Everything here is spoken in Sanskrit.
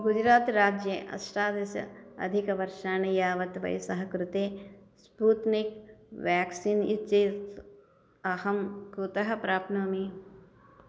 गुजरात् राज्ये अष्टादश अधिकवर्षाणि यावत् वयसः कृते स्पूत्निक् व्याक्सीन् इत्येतत् अहं कुतः प्राप्नोमि